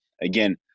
again